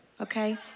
Okay